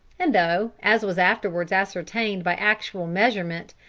and though, as was afterwards ascertained by actual measurement,